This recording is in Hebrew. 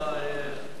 הנושא